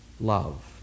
love